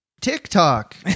TikTok